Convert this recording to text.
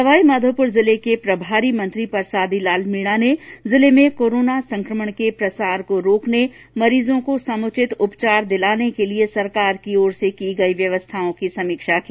सवाईमाधोपुर जिले के प्रभारी मंत्री परसादी लाल मीणा ने जिले में कोरोना संकमण के प्रसार को रोकने मरीजों को समुचित उपचार दिलाने के लिए सरकार की ओर से की गयी व्यवस्थाओं की समीक्षा की